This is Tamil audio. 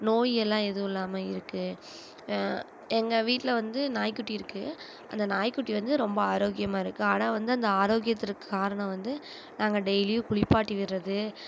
நோய் எல்லாம் எதுவும் இல்லாமல் இருக்கு எங்கள் வீட்டில் வந்து நாய்குட்டி இருக்கு அந்த நாய்க்குட்டி வந்து ரொம்ப ஆரோக்கியமாக இருக்கு ஆனால் வந்து அந்த ஆரோக்கியத்திற்கு காரணம் வந்து நாங்கள் டெய்லியும் குளிப்பாட்டி விடுறது